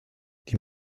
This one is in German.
die